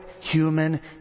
human